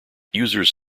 users